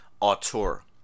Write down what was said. auteur